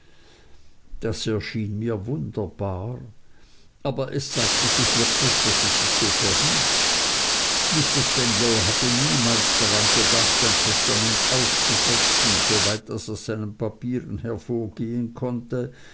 das erschien mir wunderbar aber es zeigte sich wirklich daß es sich so verhielt mr spenlow hatte niemals daran gedacht ein testament aufzusetzen soweit das aus seinen papieren hervorgehen konnte